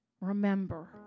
remember